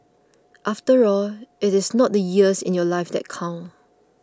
after all it is not the years in your life that count